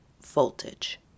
voltage